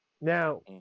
Now